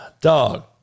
dog